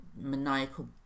maniacal